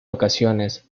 ocasiones